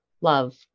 love